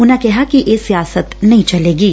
ਉਨ੍ਨਾਂ ਕਿਹਾ ਕਿ ਇਹ ਸਿਆਸਤ ਨਹੀਂ ਚੱਲੇਗੀ